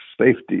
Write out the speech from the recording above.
safety